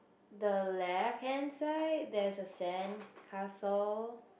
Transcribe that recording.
the left hand side there is a sandcastle